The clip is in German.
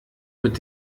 mit